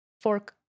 fork